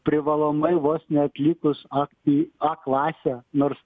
privalomai vos neatlikus a į a klasę nors